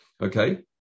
Okay